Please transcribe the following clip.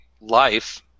life